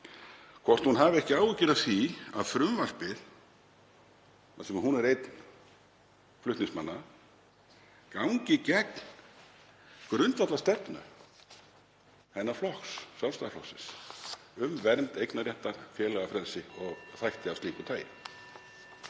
hvort hún hafi ekki áhyggjur af því að frumvarpið, þar sem hún er einn flutningsmanna, gangi gegn grundvallarstefnu hennar flokks, Sjálfstæðisflokksins, um vernd eignarréttar, félagafrelsi og þætti af slíku tagi.